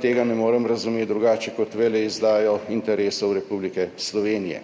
tega ne morem razumeti drugače kot veleizdajo interesov Republike Slovenije.